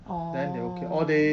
orh